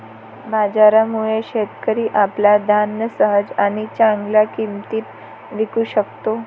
बाजारामुळे, शेतकरी आपले धान्य सहज आणि चांगल्या किंमतीत विकू शकतो